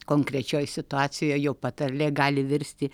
konkrečioj situacijoj jau patarlė gali virsti